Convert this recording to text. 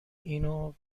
اینو